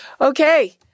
Okay